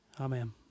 Amen